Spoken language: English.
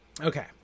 Okay